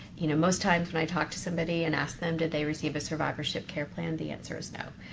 you know, most times, when i talk to somebody and ask them, did they receive a survivorship care plan, the answer is no.